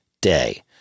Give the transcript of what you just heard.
day